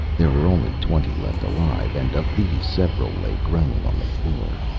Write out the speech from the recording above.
there were only twenty left alive, and of these several lay groaning on the floor.